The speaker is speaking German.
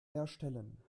erstellen